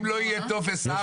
אם לא יהיה טופס 4